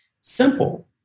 simple